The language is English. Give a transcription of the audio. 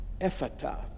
Ephata